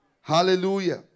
Hallelujah